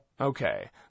Okay